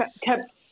kept